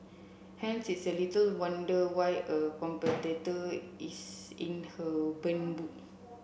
hence it's a little wonder why a competitor is in her burn book